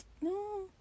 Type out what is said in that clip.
no